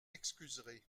excuserez